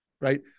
right